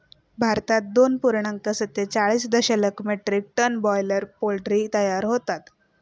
भारतात दोन पूर्णांक सत्तेचाळीस दशलक्ष मेट्रिक टन बॉयलर पोल्ट्री तयार होते